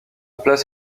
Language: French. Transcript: place